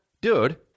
Dude